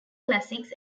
classics